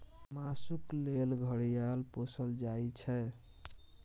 मासुक लेल घड़ियाल पोसल जाइ छै